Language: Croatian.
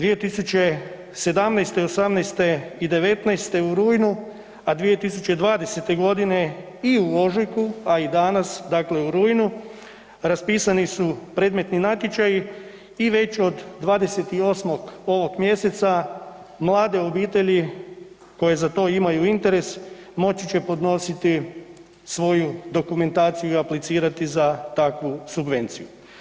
2017., 2018. i 2019. u rujnu, a 2020. godine i u ožujku, a i danas dakle u rujnu raspisani su predmetni natječaji i već od 28. ovog mjeseca mlade obitelji koje za to imaju interes moći će podnositi svoju dokumentaciju i aplicirati za takvu subvenciju.